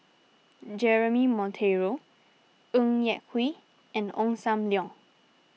Jeremy Monteiro Ng Yak Whee and Ong Sam Leong